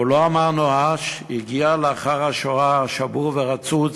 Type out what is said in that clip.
והוא לא אמר נואש: הגיע לאחר השואה, שבור ורצוץ,